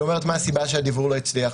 היא אומרת מה הסיבה שהדיוור לא הצליח.